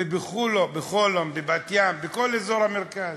בחולון, בבת-ים, בכל אזור המרכז,